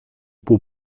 pół